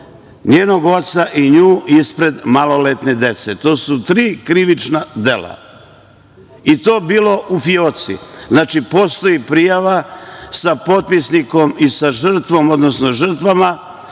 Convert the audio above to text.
njenog oca i nju ispred maloletne dece. To su tri krivična dela i to bilo u fioci. Znači, postoji prijava sa potpisnikom i sa žrtvom, odnosno žrtvama,